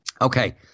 Okay